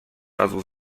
razu